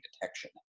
detection